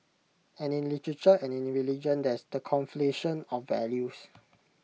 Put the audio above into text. and in literature and in religion there's the conflation of values